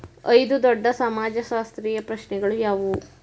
ಐದು ದೊಡ್ಡ ಸಮಾಜಶಾಸ್ತ್ರೀಯ ಪ್ರಶ್ನೆಗಳು ಯಾವುವು?